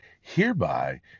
Hereby